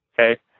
Okay